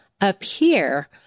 appear